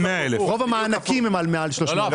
רוב המענקים הם על מעל 300,000 שקל?